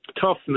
toughness